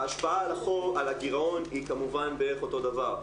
ההשפעה על הגרעון היא כמובן בערך אותו דבר.